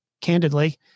candidly